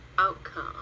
Outcome